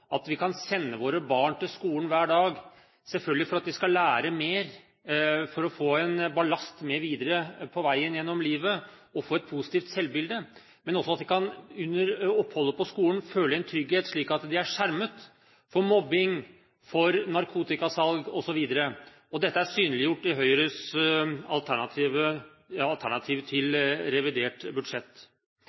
at vi kan sende våre barn til skolen hver dag, selvfølgelig for at de skal lære mer for å få en ballast med videre på veien gjennom livet, og for å få et positivt selvbilde, men også slik at de under oppholdet på skolen kan føle trygghet, slik at de er skjermet for mobbing, for narkotikasalg, osv. Dette er synliggjort i Høyres alternativ til revidert budsjett.